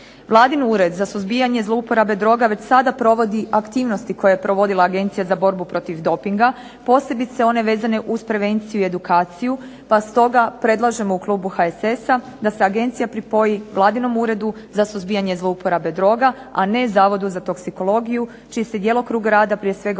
Vladin Ured za suzbijanje zlouporabe droga već sada provodi aktivnosti koje je provodila Agencija za borbu protiv dopinga, posebice one vezane uz prevenciju i edukaciju, pa stoga predlažemo u klubu HSS-a da se agencija pripoji Vladinom Uredu za suzbijanje zlouporabe droga, a ne Zavodu za toksikologiju, čiji se djelokrug rada prije svega